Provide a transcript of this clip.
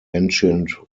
ancient